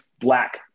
black